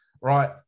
right